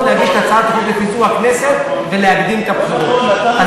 להגיש את הצעת החוק לפיזור הכנסת ולהקדמת הבחירות.